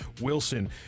Wilson